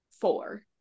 four